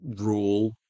rule